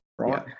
right